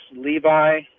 Levi